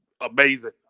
amazing